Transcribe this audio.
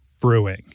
Brewing